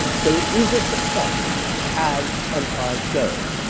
so it is a success as empires go.